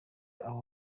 abo